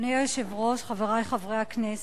אדוני היושב-ראש, חברי חברי הכנסת,